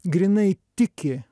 grynai tiki